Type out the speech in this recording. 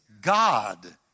God